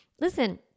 listen